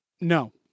No